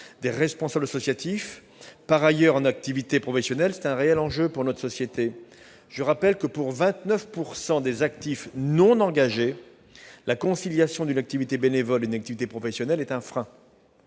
de cela qu'il s'agit -, par ailleurs en activité professionnelle, est un réel enjeu pour notre société. Je rappelle que, pour 29 % des actifs non engagés, la conciliation d'une activité bénévole et d'une activité professionnelle est un frein.